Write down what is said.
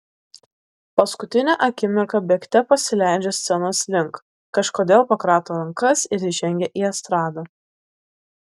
paskutinę akimirką bėgte pasileidžia scenos link kažkodėl pakrato rankas ir žengia į estradą